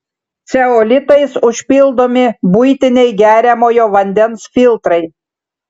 ceolitais užpildomi buitiniai geriamojo vandens filtrai